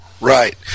Right